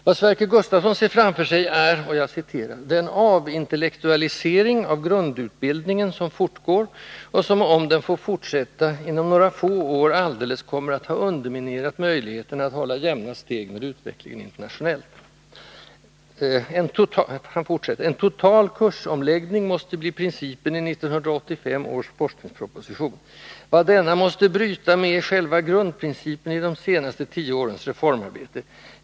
Vad Sverker Gustavsson ser framför sig är ”den avintellektualisering av grundutbildningen som fortgår och som — om den får fortsätta — inom några få år alldeles kommer att ha underminerat möjligheterna att hålla jämna steg med utvecklingen internationellt. ——-— En total kursomläggning måste bli principen i 1985 års forskningsproposition. —-=-- Vad denna måste bryta med är själva grundprincipen i de senaste tio årens reformarbete.